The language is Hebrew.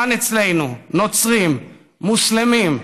כאן אצלנו, נוצרים, מוסלמים,